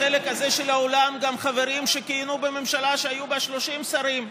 בחלק הזה של האולם גם חברים שכיהנו בממשלה שהיו בה 30 שרים,